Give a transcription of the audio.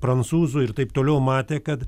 prancūzų ir taip toliau matė kad